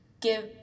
give